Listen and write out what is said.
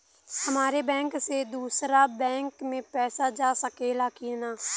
हमारे बैंक से दूसरा बैंक में पैसा जा सकेला की ना?